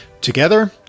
Together